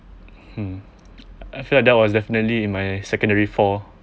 mm I feel like that was definitely in my secondary four